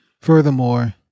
Furthermore